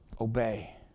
obey